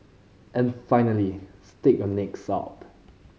and finally stick your necks out